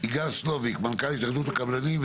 יגאל סלוביק, מנכ"ל התאחדות הקבלנים.